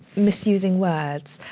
misusing words.